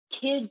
kids